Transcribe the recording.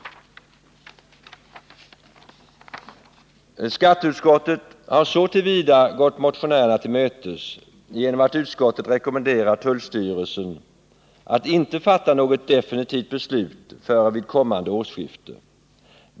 Skatteutskottet har så till vida gått motionärerna till mötes att utskottet rekommenderar tullstyrelsen att inte fatta något definitivt beslut förrän vid kommande årsskifte.